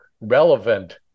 relevant